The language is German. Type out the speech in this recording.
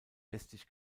westlich